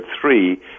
three